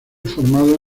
formado